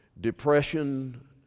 Depression